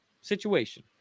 situation